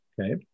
okay